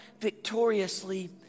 victoriously